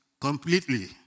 completely